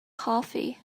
coffee